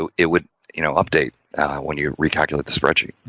ah it would, you know update when you recalculate the spreadsheet.